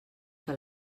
que